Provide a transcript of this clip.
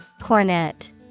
Cornet